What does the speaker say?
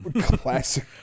Classic